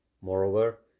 Moreover